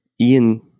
Ian